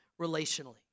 relationally